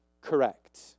correct